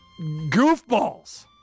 goofballs